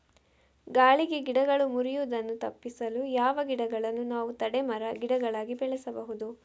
ಗಾಳಿಗೆ ಗಿಡಗಳು ಮುರಿಯುದನ್ನು ತಪಿಸಲು ಯಾವ ಗಿಡಗಳನ್ನು ನಾವು ತಡೆ ಮರ, ಗಿಡಗಳಾಗಿ ಬೆಳಸಬಹುದು?